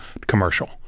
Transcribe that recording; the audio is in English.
commercial